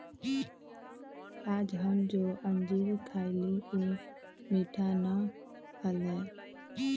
आज हम जो अंजीर खईली ऊ मीठा ना हलय